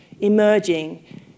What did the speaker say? emerging